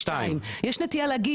יש נטייה להגיד.